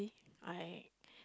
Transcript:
I